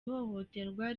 ihohoterwa